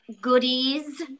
goodies